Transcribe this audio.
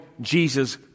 Jesus